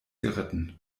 geritten